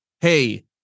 hey